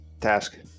task